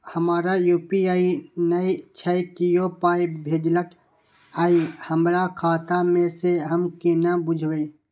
हमरा यू.पी.आई नय छै कियो पाय भेजलक यै हमरा खाता मे से हम केना बुझबै?